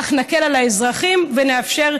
כך נקל על האזרחים ונאפשר,